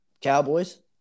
Cowboys